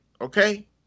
Okay